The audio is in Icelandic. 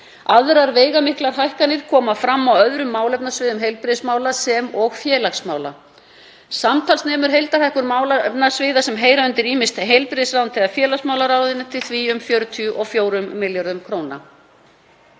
Aðrar veigamiklar hækkanir koma fram á öðrum málefnasviðum heilbrigðismála sem og félagsmála. Samtals nemur heildarhækkun málefnasviða sem heyra undir ýmist heilbrigðisráðuneytið eða félagsmálaráðuneytið því um 44 milljörðum kr.